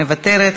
מוותרת,